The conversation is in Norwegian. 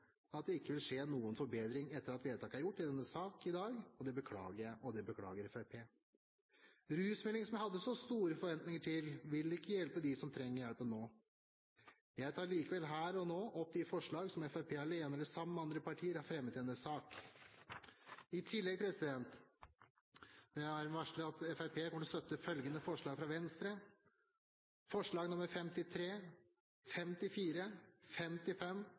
at det ikke vil skje noen forbedring etter at vedtak er gjort i denne sak i dag. Det beklager jeg, og det beklager Fremskrittspartiet. Rusmeldingen som jeg hadde så store forventninger til, vil ikke hjelpe dem som trenger hjelpen nå. Jeg tar likevel her og nå opp de forslag som Fremskrittspartiet alene eller sammen med andre partier har fremmet i denne sak. I tillegg vil jeg varsle at Fremskrittspartiet vil støtte følgende forslag fra Venstre: forslagene nr. 53, 54, 55,